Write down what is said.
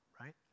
right